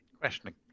Questioning